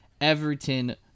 Everton